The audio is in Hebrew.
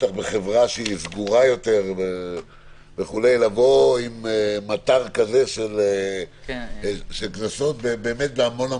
בטח בחברה שהיא סגורה יותר וכו' לבוא עם מטר כזה של קנסות בהמון תחומים.